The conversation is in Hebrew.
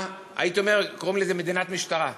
הייתי אומר: קוראים לזה מדינת משטרה,